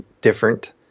different